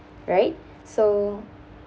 right so